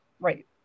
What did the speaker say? right